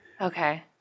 Okay